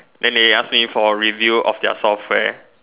then they ask me for a review of their software